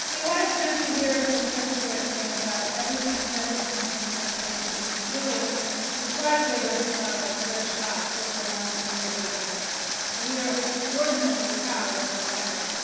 so you had a chance to hear from secretary king about everything the president and his administration have been doing to try to give every child that fair shot over the last nearly eight years and we are extraordinarily proud of our record.